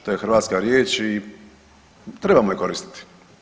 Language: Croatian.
To je hrvatska riječ i trebamo je koristiti.